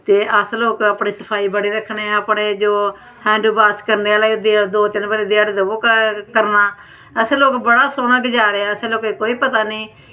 ते अस लोग अपने साफ सफाई बड़ी रक्खने आं जो हैंड वॉश बी ध्याड़ी दा दो तिन्न बारी करना असें लोकें बड़ा सोह्ना गुजारेआ असें लोकें कोई पता निं